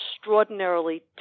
extraordinarily